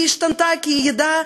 היא השתנתה כי היא ידעה,